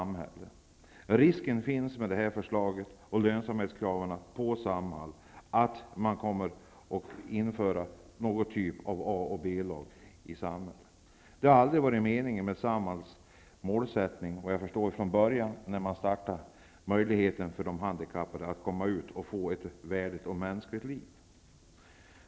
Med detta förslag och lönsamhetskravet på Samhall finns risk för att man kommer att införa någon typ av A och B-lag i Det var inte meningen från början när man startade denna möjlighet för handikappade att komma ut i samhället och få ett värdigt och mänskligt liv.